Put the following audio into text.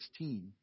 16